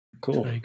cool